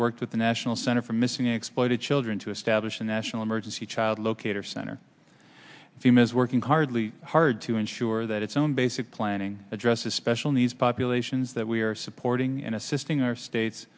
worked with the national center for missing and exploited children to establish a national emergency child locator center if you miss working hardly hard to ensure that its own basic planning addresses special needs populations that we are supporting in assisting our states